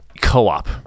co-op